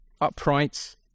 upright